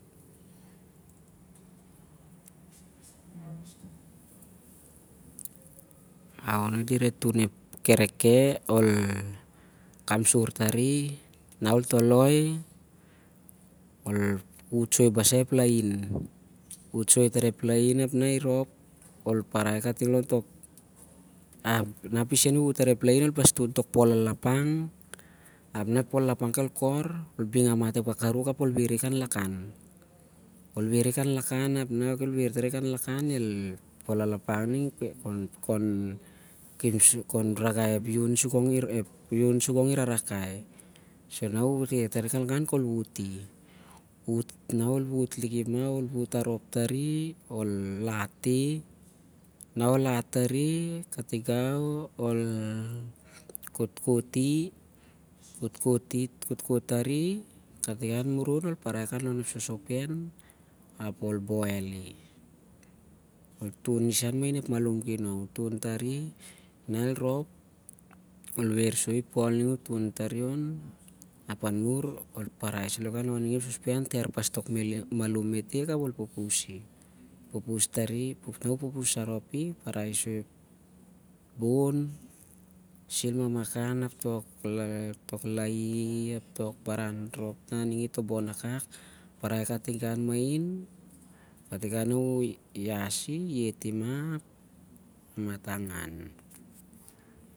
Ep kareke, ol kamsur tari, nah ol toloi ol vut soi basa ep lahin ap nah irhop, ol parai kating ontok pukun nah bisen u vut tar- ep lahin, ol parai kating onep pol lalapang, ap nah ep pol lalapang khel kor ap ol bing amat ep kereke ap ol weira khan lakan. Ap ep pol lalapang el ragai ep lahin sur el ansou. Ap an mur- ol wuti nah ol wut arop tari. ol lati, nah ol lati tar, katigau ol kho'tkho't, an murun ol parai khan lon ep sosopen ap ol boieli ol tuni sah mahin ep malum kinong. Nah el rhop ap ol wei soi- i- ep pol ring u tun tari, on- ap anmur ol parai saloh khontik tih sosopen ap ol ter pas ep malum mete'k ap ol pupusi ap ol parai tok laihi ap ol nangnang i sur el mener ol iasi ap leti ap amtoh angan mah.